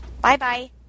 Bye-bye